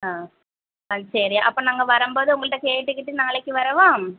ஆ ஆ சரி அப்போ நாங்கள் வரும்போது உங்கள்கிட்ட கேட்டுகிட்டு நாளைக்கு வரவா